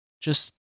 Just